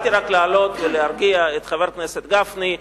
עליתי רק להרגיע את חבר הכנסת גפני,